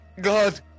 God